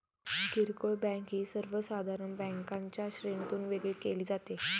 किरकोळ बँक ही सर्वसाधारण बँकांच्या श्रेणीतून वेगळी केली जाते